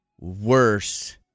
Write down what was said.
worse